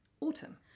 autumn